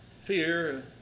fear